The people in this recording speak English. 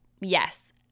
yes